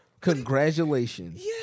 Congratulations